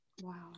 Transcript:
wow